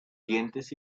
dientes